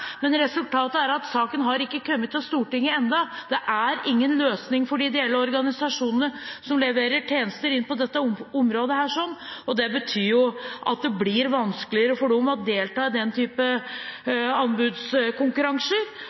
men resultatet er at saken ennå ikke er kommet til Stortinget. Det er ingen løsning for de ideelle organisasjonene som leverer tjenester på dette området. Det betyr at det blir vanskeligere for dem å delta i den typen anbudskonkurranser.